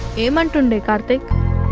um um to and me karthik.